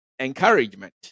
encouragement